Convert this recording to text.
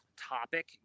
topic